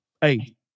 Hey